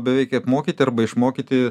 beveik apmokyti arba išmokyti